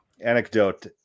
anecdote